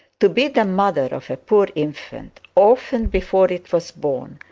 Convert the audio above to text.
to be the mother of a poor infant, orphaned before it was born,